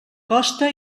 costa